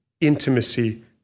intimacy